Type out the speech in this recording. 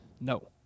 No